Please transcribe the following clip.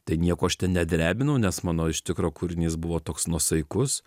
tai nieko aš ten nedrebinau nes mano iš tikro kūrinys buvo toks nuosaikus